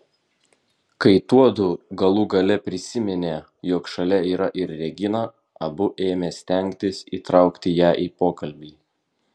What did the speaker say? kai tuodu galų gale prisiminė jog šalia yra ir regina abu ėmė stengtis įtraukti ją į pokalbį